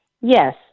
Yes